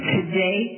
Today